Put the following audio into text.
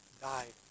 died